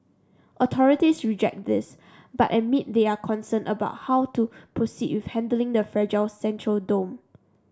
authorities reject this but admit they are concerned about how to proceed with handling the fragile central dome